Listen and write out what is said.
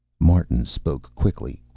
martin spoke quickly.